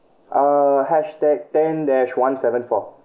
uh hash tag ten dash one seven four